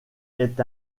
est